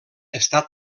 està